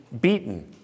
beaten